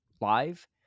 live